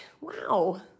wow